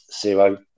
Zero